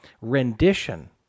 rendition